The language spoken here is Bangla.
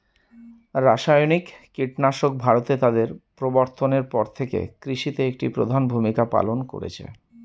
রাসায়নিক কীটনাশক ভারতে তাদের প্রবর্তনের পর থেকে কৃষিতে একটি প্রধান ভূমিকা পালন করেছে